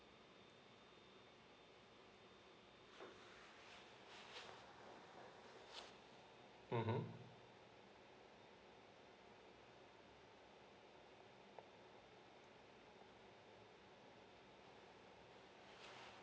mmhmm